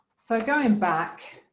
so going back,